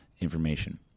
information